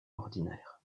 ordinaire